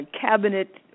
cabinet